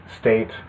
state